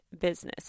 business